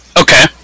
Okay